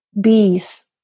bees